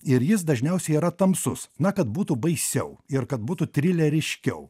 ir jis dažniausiai yra tamsus na kad būtų baisiau ir kad būtų trileriškiau